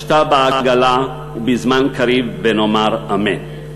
השתא בעגלא ובזמן קריב ונאמר אמן.